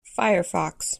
firefox